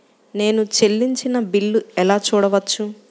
నేను చెల్లించిన బిల్లు ఎలా చూడవచ్చు?